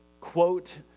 quote